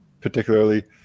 particularly